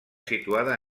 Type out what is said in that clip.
situada